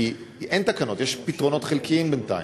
כי אין תקנות, יש פתרונות חלקיים בינתיים.